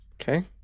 Okay